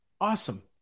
Awesome